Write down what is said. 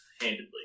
handedly